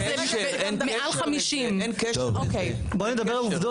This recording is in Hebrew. וזה מעל 50. בואו נדבר על עובדות.